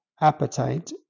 appetite